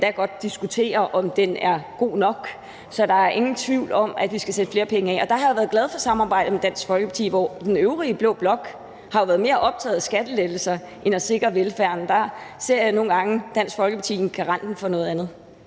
endda godt diskutere, om den er god nok. Så der er ingen tvivl om, at vi skal sætte flere penge af. Og der har jeg været glad for samarbejdet med Dansk Folkeparti, hvor den øvrige blå blok jo har været mere optaget af skattelettelser end af at sikre velfærden. Der ser jeg nogle gange Dansk Folkeparti som garanten for noget andet.